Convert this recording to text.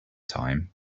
time